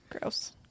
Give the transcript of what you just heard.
Gross